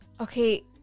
Okay